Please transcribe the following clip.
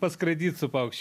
paskraidyt su paukščiu